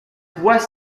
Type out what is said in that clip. west